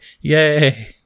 yay